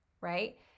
right